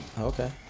Okay